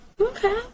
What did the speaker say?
Okay